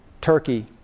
Turkey